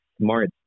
smart